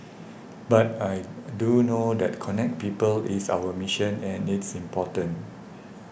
but I do know that connect people is our mission and it's important